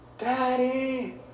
Daddy